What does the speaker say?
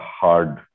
hard